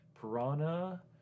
Piranha